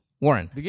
Warren